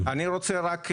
אני רוצה רק לציין,